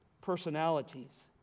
personalities